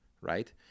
right